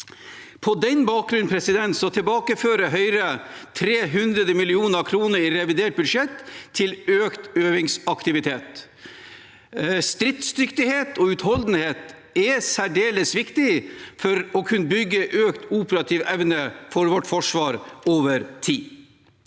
På den bakgrunn tilbakefører Høyre 300 mill. kr i revidert budsjett til økt øvingsaktivitet. Stridsdyktighet og utholdenhet er særdeles viktig for å kunne bygge økt operativ evne for vårt forsvar over tid.